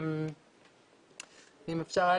אני רק אגיד שאמר פה עמיתי שאם אפשר היה